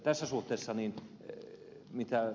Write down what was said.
tässä suhteessa mitä ed